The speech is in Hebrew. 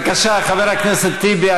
בבקשה, חבר הכנסת טיבי.